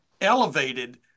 elevated